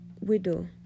widow